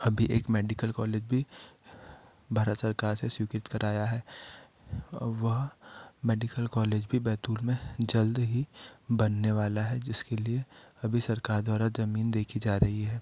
अभी एक medical college भी भारत सरकार से स्वीकृत कराया है वह मेडिकल कॉलेज भी बैतूल में जल्द ही बनने वाला है जिसके लिए अभी सरकार द्वारा जमीन देखी जा रही है